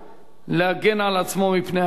להגן על עצמו מפני המיעוט.